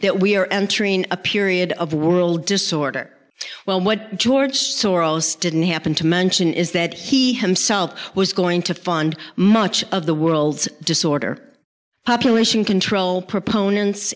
that we are entering a period of world disorder well what george soros didn't happen to mention is that he himself was going to fund much of the world's disorder population control proponents